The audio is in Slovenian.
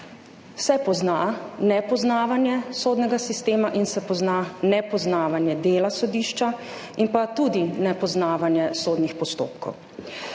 se pozna nepoznavanje sodnega sistema in se pozna nepoznavanje dela sodišča in pa tudi nepoznavanje sodnih postopkov.